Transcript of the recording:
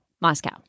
Moscow